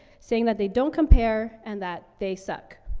saying that they don't compare and that they suck.